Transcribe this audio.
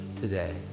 today